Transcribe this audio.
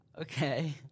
Okay